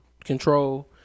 control